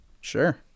Sure